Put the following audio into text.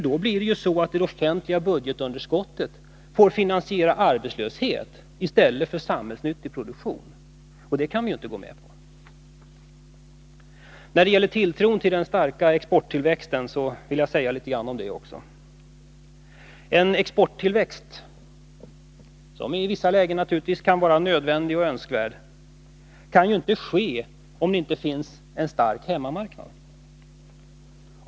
Då får ju den offentliga budgeten finansiera arbetslöshet i stället för samhällsnyttig produktion, och det kan vi inte gå med på. Den starka tilltron till exporttillväxten vill jag också säga några ord om. Exporttillväxt, som i vissa lägen kan vara önskvärd och nödvändig, kan ju inte ske, om det inte finns en stark hemmamarknad.